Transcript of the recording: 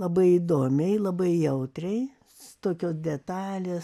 labai įdomiai labai jautriai su tokios detalės